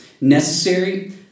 Necessary